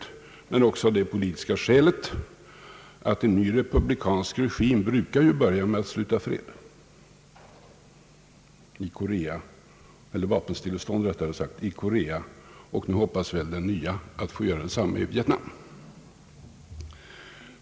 Där har man också det politiska skälet, att en ny republikansk regim brukar börja med att träffa avtal om vapenstillestånd, såsom i Korea. Nu hoppas väl den nya regimen att få göra detsamma i Vietnam.